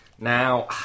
Now